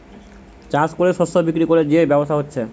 চাষ কোরে শস্য বিক্রি কোরে যে ব্যবসা হচ্ছে